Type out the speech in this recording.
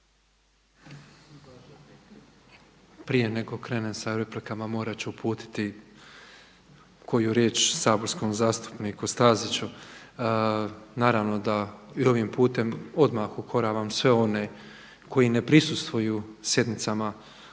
Prije nego krenem sa replikama morat ću uputiti koju riječ saborskom zastupniku Staziću. Naravno da i ovim putem odmah ukoravam sve one koji ne prisustvuju sjednicama odbora,